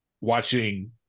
watching